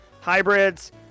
hybrids